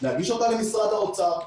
להגיש אותה למשרד האוצר,